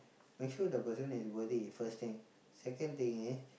make sure the person is worthy first thing second thing is